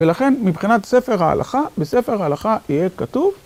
ולכן מבחינת ספר ההלכה, בספר ההלכה יהיה כתוב